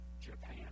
Japan